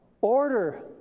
order